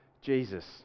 Jesus